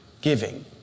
giving